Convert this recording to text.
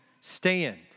stand